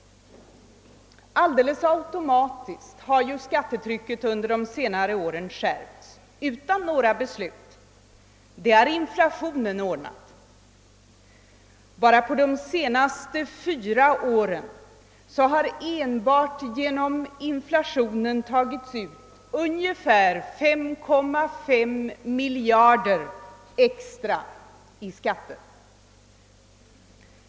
Alldeles automatiskt har skattetrycket under de senare åren skärpts utan några beslut. Det har inflationen ordnat. Bara på de senaste fyra åren har enbart genom inflationen tagits ut ungefär 5,5 miljarder kronor extra i skatter.